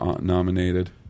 nominated